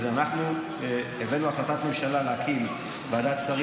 אנחנו הבאנו החלטת ממשלה להקים ועדת שרים